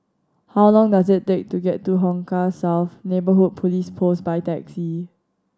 how long does it take to get to Hong Kah South Neighbourhood Police Post by taxi